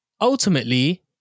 ultimately